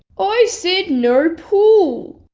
i said no pool!